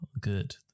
Good